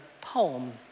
poem